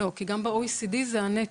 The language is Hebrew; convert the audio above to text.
גם ב-OECD זה הנטו.